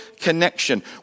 connection